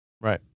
right